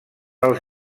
als